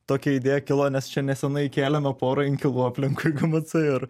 tokia idėja kilo nes čia nesenai įkėlėme porą inkilų aplinkui kmc ir